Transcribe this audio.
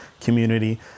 community